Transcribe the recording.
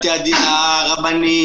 בתי הדין הרבניים,